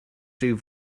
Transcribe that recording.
rhyw